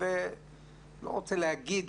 אני לא רוצה לומר,